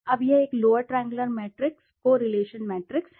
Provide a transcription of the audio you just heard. अब यह एक lower triangular matrix correlation matrix है